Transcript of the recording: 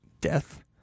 Death